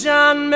John